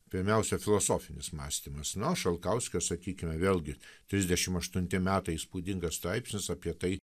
pirmiausia filosofinis mąstymas nuo šalkauskio sakykime vėlgi trisdešim aštunti metai įspūdingas straipsnis apie tai